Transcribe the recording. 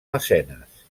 mecenes